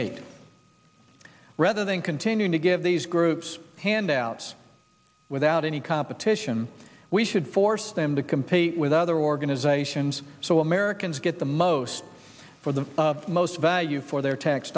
eight rather than continuing to give these groups handouts without any competition we should force them to compete with other organisations so americans get the most for the most value for their tax